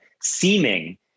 seeming